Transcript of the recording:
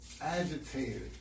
agitated